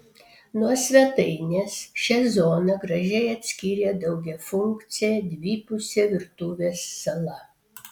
nuo svetainės šią zoną gražiai atskyrė daugiafunkcė dvipusė virtuvės sala